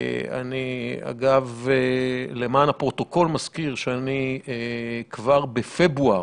אני אגב למען הפרוטוקול מזכיר שאני כבר בפברואר,